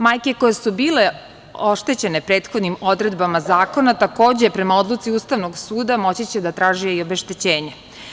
Majke koje su bile oštećene prethodnim odredbama zakona takođe prema odluci Ustavnog suda moći će da traže i obeštećenje.